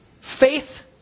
faith